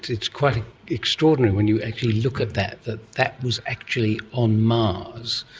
it's quite extraordinary when you actually look at that, that that was actually on mars.